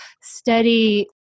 steady